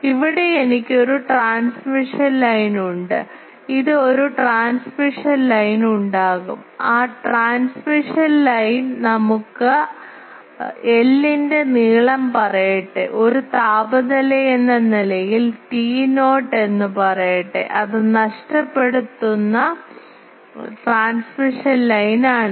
ഇവിടെ എനിക്ക് ഒരു ട്രാൻസ്മിഷൻ ലൈനുണ്ട് ഇത് ഒരു ട്രാൻസ്മിഷൻ ലൈൻ ഉണ്ടാകും ആ ട്രാൻസ്മിഷൻ ലൈൻ നമുക്ക് l ന്റെ നീളം പറയട്ടെ ഒരു താപനിലയെന്ന നിലയിൽ T not എന്ന് പറയട്ടെ അത് നഷ്ടപ്പെടുന്ന ട്രാൻസ്മിഷൻ ലൈൻ ആണ്